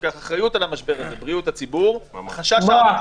שלוקח אחריות על המשבר הזה בריאות הציבור חשש אמיתי.